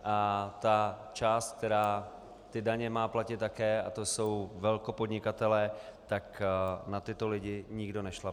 A ta část, která ty daně má platit také, a to jsou velkopodnikatelé, tak na tyto lidi nikdo nešlape.